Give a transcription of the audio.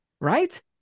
Right